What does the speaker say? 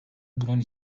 bunun